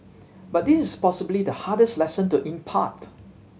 but this is possibly the hardest lesson to impart